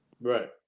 right